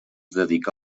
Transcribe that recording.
dedica